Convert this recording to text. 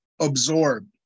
absorbed